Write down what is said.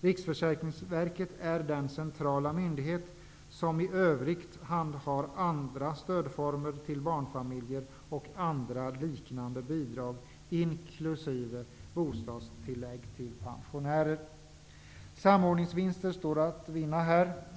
Riksförsäkringsverket är den centrala myndighet som i övrigt handhar andra stödformer till barnfamiljer och andra liknande bidrag, inkl. bostadstillägg till pensionärer. Samordningsvinster står här att göra.